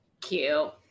cute